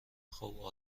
خوب